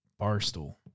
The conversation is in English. Barstool